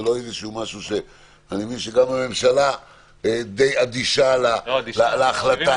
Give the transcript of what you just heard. כי אני מבין שגם הממשלה די אדישה להחלטה.